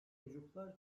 çocuklar